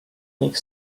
nich